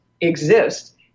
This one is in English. exist